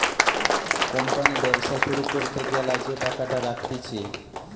company ব্যবসা শুরু করতে গ্যালা যে টাকাটা রাখতিছে